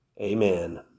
amen